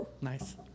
Nice